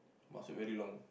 must be very long